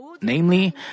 Namely